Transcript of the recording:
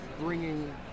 bringing